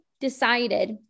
decided